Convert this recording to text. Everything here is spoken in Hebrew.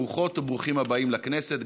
ברוכות וברוכים הבאים לכנסת,